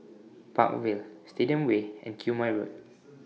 Park Vale Stadium Way and Quemoy Road